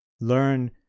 learn